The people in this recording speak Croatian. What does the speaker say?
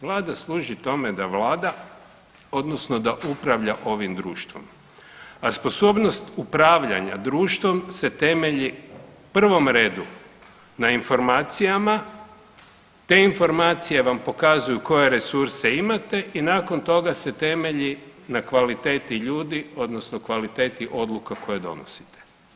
Vlada služi tome da vlada odnosno da upravlja ovim društvom, a sposobnost upravljanja društvom se temelji u prvom redu na informacijama, te informacije vam pokazuju koje resurse imate i nakon toga se temelji na kvaliteti ljudi odnosno kvaliteti odluka koje donosite.